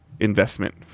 investment